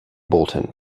bolton